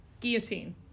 Guillotine